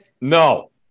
No